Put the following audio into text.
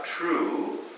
True